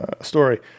Story